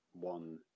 one